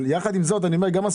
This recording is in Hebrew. יחד עם זאת גם הסיעודיים,